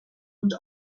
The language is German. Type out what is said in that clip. und